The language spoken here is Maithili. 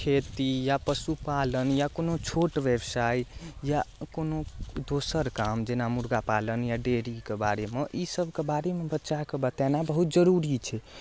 खेती या पशुपालन या कोनो छोट ब्यवसाय या कोनो दोसर काम जेना मुर्गा पालन या डेयरीके बारेमे ई सबके बारेमे बच्चाके बतेनाइ बहुत जरुरी छै